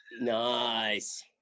Nice